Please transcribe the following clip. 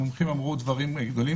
המומחים אמרו דברים נהדרים.